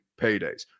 paydays